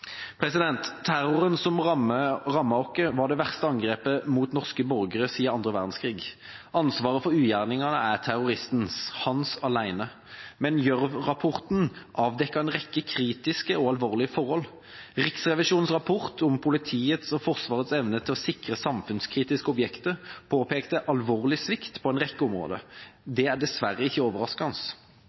Terroren som rammet oss, var det verste angrepet mot norske borgere siden annen verdenskrig. Ansvaret for ugjerningene er terroristens, hans alene. Men Gjørv-rapporten avdekket en rekke kritiske og alvorlige forhold. Riksrevisjonens rapport om politiets og Forsvarets evne til å sikre samfunnskritiske objekter påpekte alvorlig svikt på en rekke områder. Det er dessverre ikke overraskende.